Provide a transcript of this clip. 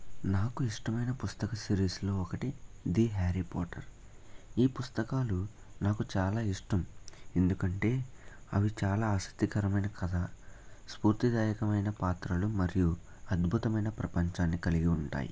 నాకు ఇష్టమైన పుస్తక సిరీస్లో ఒకటి ది హారి పోటర్ ఈ పుస్తకాలు నాకు చాలా ఇష్టం ఎందుకంటే అవి చాలా ఆసక్తికరమైన కథ స్పూర్తి దాయకమైన పాత్రలు మరియు అద్భుతమైన ప్రపంచాన్ని కలిగి ఉంటాయి